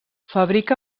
fabrica